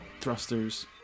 thrusters